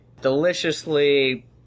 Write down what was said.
deliciously